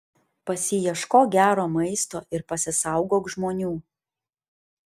pasiieškok gero maisto ir pasisaugok žmonių